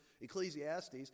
Ecclesiastes